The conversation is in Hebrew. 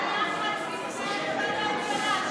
מה הלחץ לפני הקמת הממשלה?